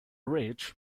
rich